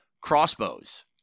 Crossbows